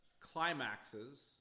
climaxes